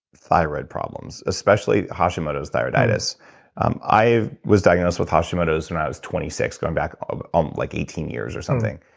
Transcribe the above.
thyroid problems especially hashimoto's thyroiditis um i was diagnosed with hashimoto's when i was twenty six, going back um on like eighteen years or something.